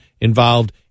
involved